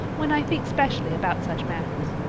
when i think specially about such matters.